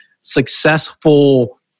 successful